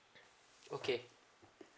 okay